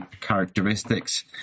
characteristics